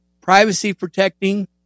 privacy-protecting